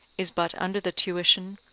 is but under the tuition,